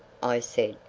i said,